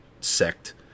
sect